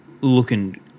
Looking